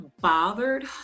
bothered